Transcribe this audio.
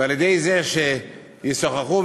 ועל-ידי שישוחחו,